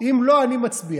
אם לא, אני מצביע.